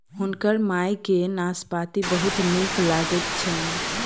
हुनकर माई के नाशपाती बहुत नीक लगैत छैन